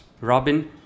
Robin